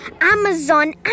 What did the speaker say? Amazon